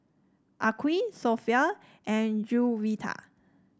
Aqil Sofea and Juwita